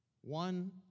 One